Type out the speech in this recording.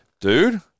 Dude